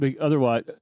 Otherwise